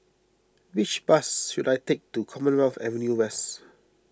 which bus should I take to Commonwealth Avenue West